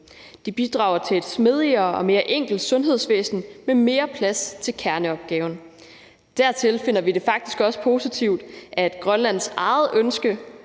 Det bidrager til et smidigere og mere enkelt sundhedsvæsen med mere plads til kerneopgaven. Dertil finder vi det faktisk også positivt, at Grønlands eget ønske